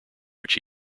which